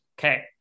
Okay